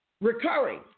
recurring